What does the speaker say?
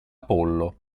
apollo